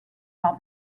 while